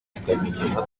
tukamenyana